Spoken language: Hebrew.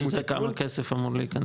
שכמה כסף אמור להיכנס?